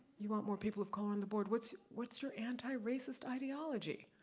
you want more people of color on the board, what's what's your anti-racist ideology?